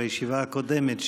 בישיבה הקודמת,